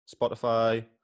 Spotify